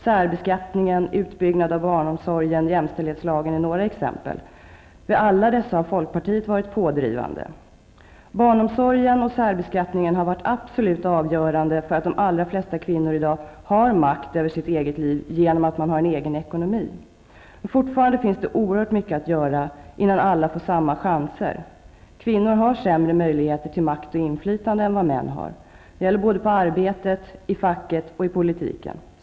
Särbeskattningen, utbyggnaden av barnomsorgen och jämställdhetslagen är några exempel. Vid alla dessa har folkpartiet varit pådrivande. Barnomsorgen och särbeskattningen har varit absolut avgörande för att de allra flesta kvinnor i dag har makt över sina egna liv i form av en egen ekonomi. Men fortfarande finns det oerhört mycket att göra innan alla får samma chanser. Kvinnor har sämre möjligheter till makt och inflytande än män. Det gäller både på arbetet, i facket och i politiken.